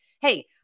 hey